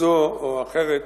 כזו או אחרת,